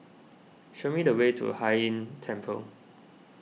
show me the way to Hai Inn Temple